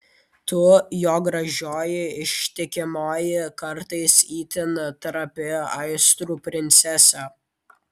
tu jo gražioji ištikimoji kartais itin trapi aistrų princesė